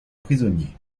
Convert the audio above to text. prisonnier